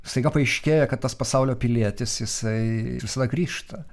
staiga paaiškėja kad tas pasaulio pilietis jisai visada grįžta